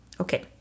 okay